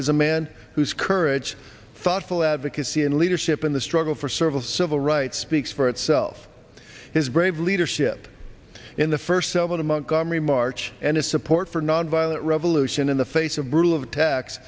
is a man whose courage thoughtful advocacy and leadership in the struggle for civil civil rights speaks for itself his brave leadership in the first selma to montgomery march and his support for nonviolent revolution in the face of brutal attacks